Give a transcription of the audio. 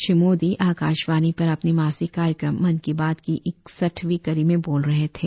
श्री मोदी आकाशवाणी पर अपने मासिक कार्यक्रम मन की बात की इकसठवीं कड़ी में बोल रह थे